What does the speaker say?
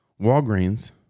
Walgreens